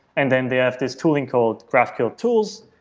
and then they have this tooling called graphql tools,